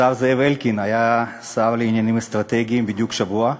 השר זאב אלקין היה השר לעניינים אסטרטגיים בדיוק שבוע,